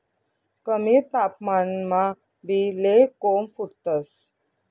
कमी तापमानमा बी ले कोम फुटतंस